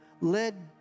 led